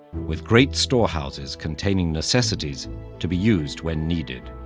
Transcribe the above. with great storehouses containing necessities to be used when needed.